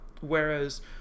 whereas